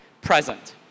present